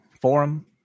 forum